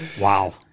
Wow